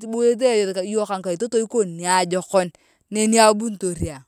kiboyete iyong ka ngikaitoi to ikon niajokon neni abunitor ayong.